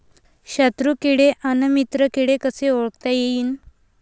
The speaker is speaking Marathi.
शत्रु किडे अन मित्र किडे कसे ओळखता येईन?